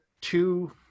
two